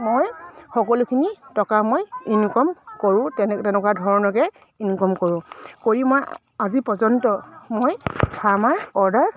মই সকলোখিনি টকা মই ইনকম কৰোঁ তেনে তেনেকুৱা ধৰণকে ইনকম কৰোঁ কৰি মই আজি পৰ্যন্ত মই ফাৰ্মাৰ অৰ্ডাৰ